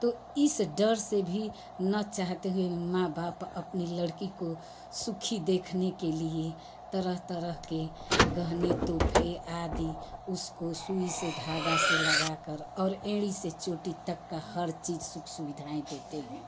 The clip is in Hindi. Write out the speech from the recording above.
तो इस डर से भी न चाहते हुए माँ बाप अपनी लड़की को सुखी देखने के लिए तरह तरह के गहने तोहफ़े आदि उसको सुई से धागा से लगाकर और एड़ी से चोटी तक की हर चीज़ सुख सुविधाएँ देते हैं